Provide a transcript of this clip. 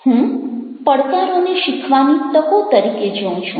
હું પડકારોને શીખવાની તકો તરીકે જોઉં છું